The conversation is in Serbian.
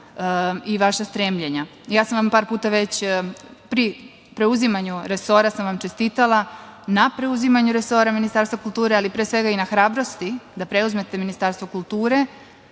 i vaša stremljenja. Par puta sam vam već pri preuzimanju resora čestitala na preuzimanju resora Ministarstva kulture, ali pre svega i na hrabrosti da preuzmete Ministarstvo kulture